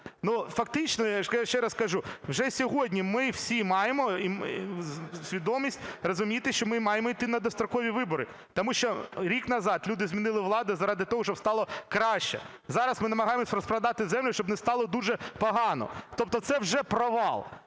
фактично, я ж ще раз кажу, вже сьогодні ми всі маємо свідомість розуміти, що ми маємо йти на дострокові вибори, тому що рік назад люди змінили владу заради того, щоб стало краще. Зараз ми намагаємося розпродати землю, щоб не стало дуже погано, тобто це вже провал.